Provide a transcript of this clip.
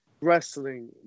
wrestling